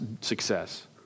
success